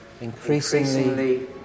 increasingly